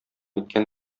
иткән